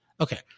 Okay